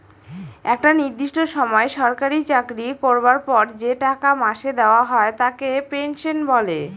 একটা নির্দিষ্ট সময় সরকারি চাকরি করবার পর যে টাকা মাসে দেওয়া হয় তাকে পেনশন বলে